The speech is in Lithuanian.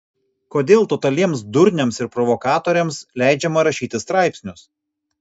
kodėl totaliems durniams ir provokatoriams leidžiama rašyti straipsnius